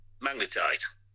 magnetite